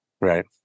Right